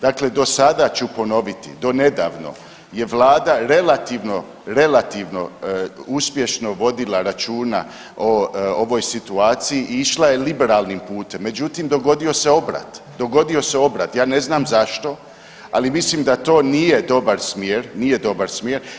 Dakle, do sada ću ponoviti, do nedavno je vlada relativno, relativno uspješno vodila računa o ovoj situaciji i išla je liberalnim putem međutim dogodio se obrat, ja ne znam zašto ali mislim da to nije dobar smjer, nije dobar smjer.